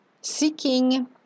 Seeking